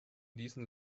diesen